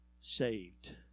saved